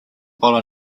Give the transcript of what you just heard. while